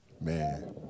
Man